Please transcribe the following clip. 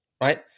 right